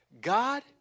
God